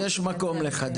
את אומרת שיש מקום לחדש.